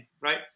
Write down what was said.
right